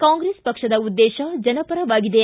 ಕಾಂಗ್ರೆಸ್ ಪಕ್ಷದ ಉದ್ದೇಶ ಜನಪರವಾಗಿದೆ